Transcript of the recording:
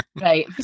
Right